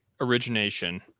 origination—